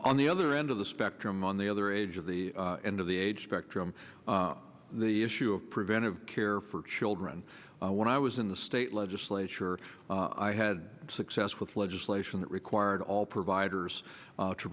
on the other end of the spectrum on the other age of the end of the age spectrum the issue of preventive care for children when i was in the state legislature i had success with legislation that required all providers to